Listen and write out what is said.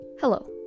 Hello